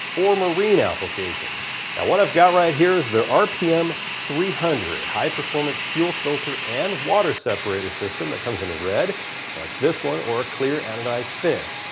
or marine applications. now what i've got right here is their rpm three hundred high performance fuel filter and water seperator system that comes in red, just like this one, or a clear anodized finish,